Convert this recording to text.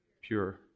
pure